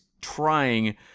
trying